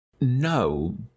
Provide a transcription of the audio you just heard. No